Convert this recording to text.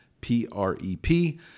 P-R-E-P